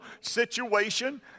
situation